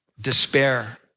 despair